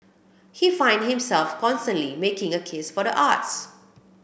he find himself constantly making a case for the arts